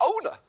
owner